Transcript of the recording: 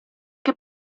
che